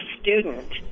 student